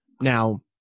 Now